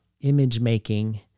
image-making